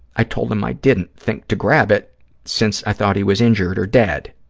i told him i didn't think to grab it since i thought he was injured or dead.